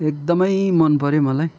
एकदमै मन पऱ्यो मलाई